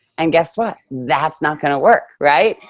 and guess what? that's not gonna work, right?